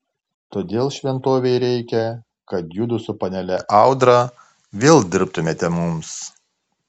todėl šventovei reikia kad judu su panele audra vėl dirbtumėte mums